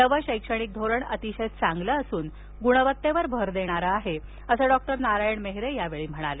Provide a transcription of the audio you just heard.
नवं शैक्षणिक धोरण अतिशय चांगलं असून ग्णवतेवर भर देणारे आहे असं डॉक्टर नारायण मेहेरे यावेळी म्हणाले